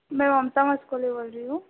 मैं ममता मस्कोले बोल रही हूँ